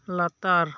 ᱞᱟᱛᱟᱨ